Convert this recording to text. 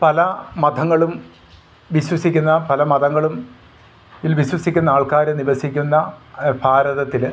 പല മതങ്ങളും വിശ്വസിക്കുന്ന പല മതങ്ങളും ഇൽ വിശ്വസിക്കുന്ന ആൾക്കാർ നിവസിക്കുന്ന ഭാരതത്തിൽ